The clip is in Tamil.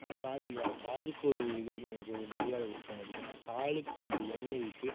ஆனால் கால் யா காலுக்கொரு இது நமக்கு ஒரு மரியாதை கொடுக்க மாட்டேங்கிறோம் காலுக்கு கொஞ்சம் எண்ணெய் வைத்து